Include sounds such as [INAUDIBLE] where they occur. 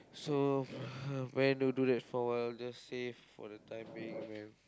so [BREATH] planning to do that for a while just save for the time being man